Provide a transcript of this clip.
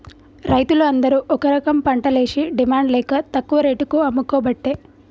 రైతులు అందరు ఒక రకంపంటలేషి డిమాండ్ లేక తక్కువ రేటుకు అమ్ముకోబట్టే